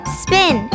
spin